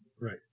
Right